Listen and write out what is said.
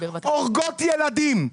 הורגות ילדים,